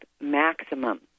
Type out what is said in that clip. maximum